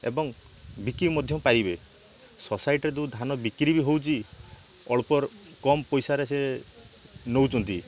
ଏବଂ ବିକି ମଧ୍ୟ ପାଇବେ ସୋସାଇଟି ଯେଉଁ ଧାନ ବିକ୍ରୀ ବି ହଉଛି ଅଳ୍ପ କମ ପଇସାରେ ସେ ନଉଛନ୍ତି